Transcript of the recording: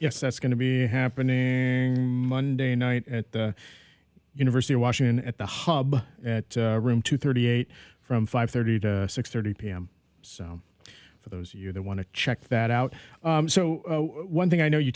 yes that's going to be happening monday night at the university of washington at the hub at room two thirty eight from five thirty to six thirty pm so for those you that want to check that out so one thing i know you